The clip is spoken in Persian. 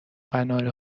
قناری